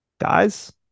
guys